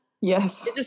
Yes